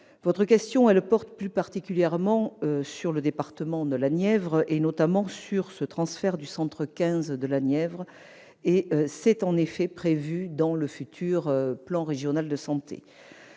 Votre question porte plus particulièrement sur le département de la Nièvre, notamment sur le transfert du centre 15 de la Nièvre, qui est en effet prévu dans le futur plan régional de santé.